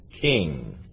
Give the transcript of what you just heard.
king